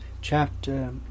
chapter